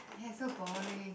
ya it's so boring